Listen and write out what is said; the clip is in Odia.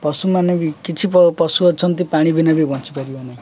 ପଶୁମାନେ ବି କିଛି ପଶୁ ଅଛନ୍ତି ପାଣି ବିନା ବି ବଞ୍ଚିପାରିବେ ନାହିଁ